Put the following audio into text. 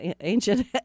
ancient